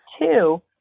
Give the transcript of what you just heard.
two